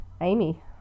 amy